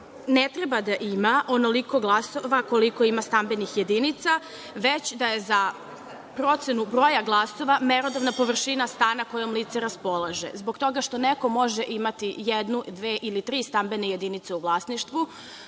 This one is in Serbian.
ne treba da ima onoliko glasova koliko ima stambenih jedinica, već da je za procenu broja glasova merodavna površina stana kojom lice raspolaže, zbog toga što neko može imati jednu, dve ili tri stambene jedinice u vlasništvu,